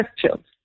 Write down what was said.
questions